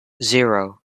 zero